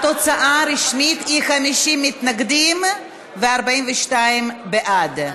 התוצאה הרשמית היא 50 מתנגדים ו-42 בעד.